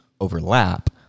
overlap